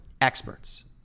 experts